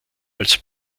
als